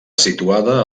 situada